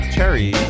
Cherry